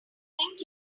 think